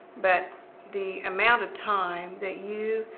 but the amount of time that you,